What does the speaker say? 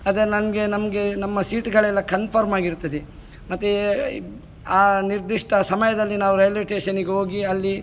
ಅದೇ ನನಗೆ ನಮಗೆ ನಮ್ಮ ಸೀಟ್ಗಳೆಲ್ಲ ಖನ್ಫರ್ಮಾಗಿರ್ತದೆ ಮತ್ತು ಆ ನಿರ್ದಿಷ್ಟ ಸಮಯದಲ್ಲಿ ನಾವು ರೈಲ್ವೆ ಸ್ಟೇಷನ್ನಿಗೋಗಿ ಅಲ್ಲಿ